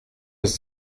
das